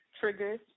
triggers